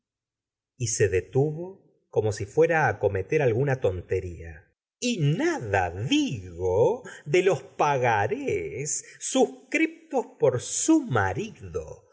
y se detuvo como si fuera á cometer alguna tontería y nada digo de los pagarés suscriptos por su marido